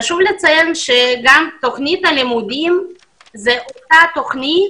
חשוב לציין שגם תוכנית הלימודים היא אותה תוכנית